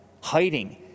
hiding